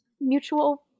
mutual